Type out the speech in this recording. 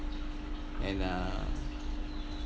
and uh